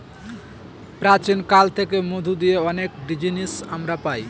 প্রাচীন কাল থেকে মধু দিয়ে অনেক জিনিস আমরা পায়